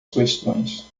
questões